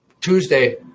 Tuesday